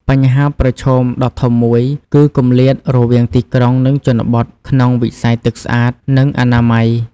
បញ្ហាប្រឈមដ៏ធំមួយ គឺ គម្លាតរវាងទីក្រុង និងជនបទ ក្នុងវិស័យទឹកស្អាត និងអនាម័យ។